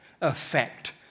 affect